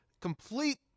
complete